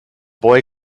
boy